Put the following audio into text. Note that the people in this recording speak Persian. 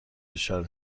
دچار